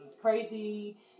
crazy